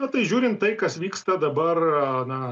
na tai žiūrint tai kas vyksta dabar na